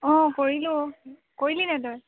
অ কৰিলোঁ কৰিলিনে তই